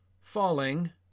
falling